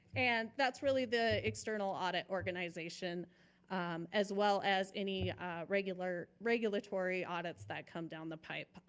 and that's really the external audit organization as well as any regular regulatory audits that come down the pipe.